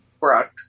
Brooke